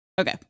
okay